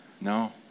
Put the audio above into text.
No